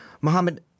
Mohammed